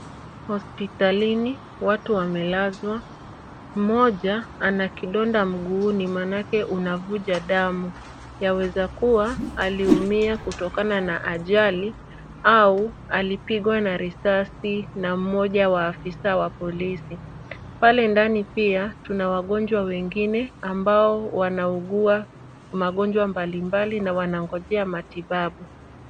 Hospitalini, watu wamelazwa. Mmoja ana kidonda mguuni maanake unavunja damu. Yaweza kuwa aliumia kutokana na ajali au alipigwa na risasi na mmoja wa afisa wa polisi. Pale ndani pia tuna wagonjwa wengine ambao wanaugua magonjwa mbalimbali na wanangonjea matibabu.